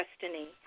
destiny